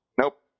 Nope